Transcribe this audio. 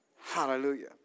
Hallelujah